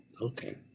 Okay